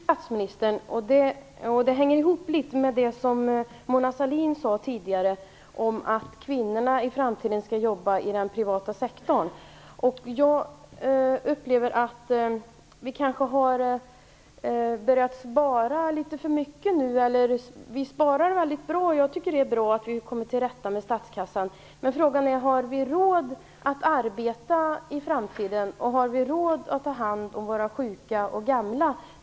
Fru talman! Jag tänker också ställa en fråga till statsministern. Den hänger ihop litet med det som Mona Sahlin sade tidigare om att kvinnorna i framtiden skall jobba i den privata sektorn. Jag upplever att vi kanske har börjat spara litet för mycket nu. Vi sparar väldigt bra, och jag tycker att det är bra att vi kommer till rätta med statsskulden. Men frågan är om vi har råd att arbeta i framtiden? Har vi råd att ta hand om våra sjuka och gamla?